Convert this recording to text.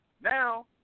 Now